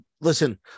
listen